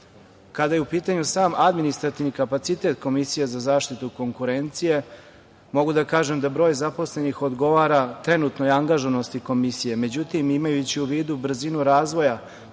je u pitanju sam administrativni kapacitet Komisije za zaštitu konkurencije, mogu da kažem da broj zaposlenih odgovara trenutnoj angažovanosti Komisije. Međutim, imajući u vidu brzinu razvoja